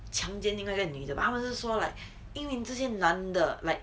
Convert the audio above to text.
强奸另外一个女的他们是说 like 因为这些男的 like